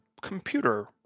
computer